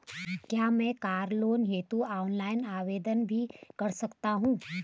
क्या मैं car loan हेतु ऑनलाइन आवेदन भी कर सकता हूँ?